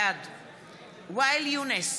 בעד ואאל יונס,